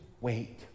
wait